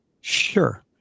Sure